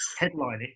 headlining